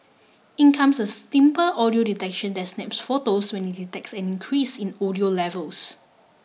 in comes a simple audio detection that snaps photos when it detects an increase in audio levels